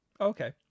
Okay